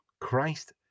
Christ